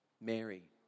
Mary